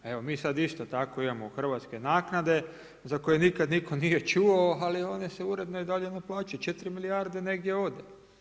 Evo mi sad isto tako imamo hrvatske naknade za koje nikad nitko nije čuo, ali one se uredno i dalje naplaćuju, 4 milijarde negdje ode.